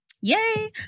Yay